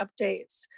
updates